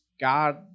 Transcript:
God